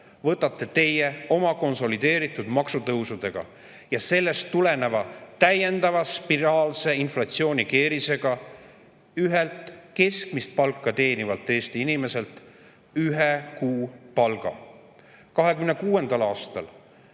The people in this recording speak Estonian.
võtate te oma konsolideeritud maksutõusudega ja sellest tuleneva täiendava spiraalse inflatsioonikeerisega keskmist palka teenivalt Eesti inimeselt ühe kuu palga. Samamoodi